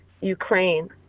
Ukraine